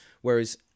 Whereas